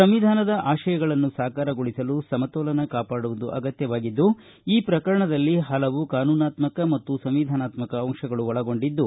ಸಂವಿಧಾನದ ಆಶಯಗಳನ್ನು ಸಾಕಾರಗೊಳಿಸಲು ಸಮತೋಲನ ಕಾಪಾಡುವುದು ಅಗತ್ತವಾಗಿದ್ದು ಈ ಪ್ರಕರಣದಲ್ಲಿ ಹಲವು ಕಾನೂನಾತ್ಸಕ ಮತ್ತು ಸಂವಿಧಾನಾತ್ಸಕ ಅಂತಗಳು ಒಳಗೊಂಡಿದ್ದು